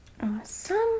Awesome